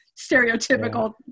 stereotypical